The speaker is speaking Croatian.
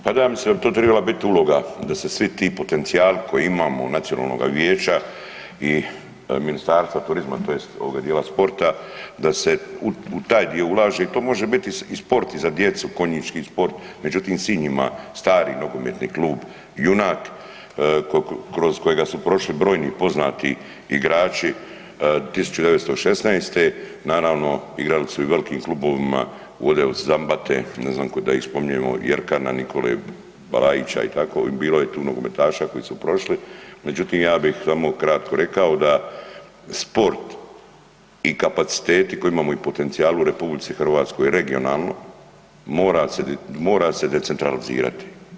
Pa da, ja mislim da bi to trebala biti uloga da se svi ti potencijali koji imamo, nacionalnoga vijeća i Ministarstva turizma tj. ovoga djela sporta, da se u taj dio ulaže i to može biti i sport i za djecu, konjički sport međutim Sinj ima stari NK Junak kroz kojega su prošli brojni poznati igrači, 1916., naravno igrali su i u velikim klubovima od Zambate, ne znam da ih spominjemo, Jerkana Nikole, Balajića i tako, bilo je tu nogometaša koji su prošli, međutim ja bih samo kratko rekao da sport i kapaciteti koje imamo i potencijali u RH regionalno, mora se decentralizirati.